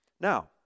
Now